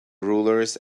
rulers